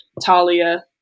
Talia